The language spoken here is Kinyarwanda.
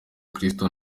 kristo